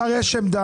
לשר יש עמדה.